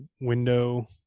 window